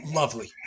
lovely